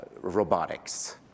robotics